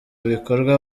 bikorwa